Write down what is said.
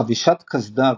חבישת קסדה,